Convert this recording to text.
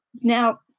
Now